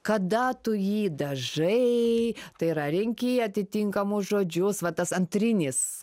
kada tu jį dažai tai yra rinki atitinkamus žodžius va tas antrinis